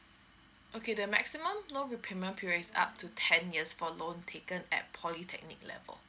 okay the maximum loan repayment period is up to ten years for loan taken at polytechnic level